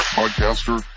podcaster